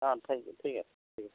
O thank you ঠিক আছে ঠিক আছে